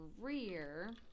career